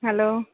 hello